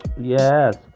Yes